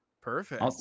perfect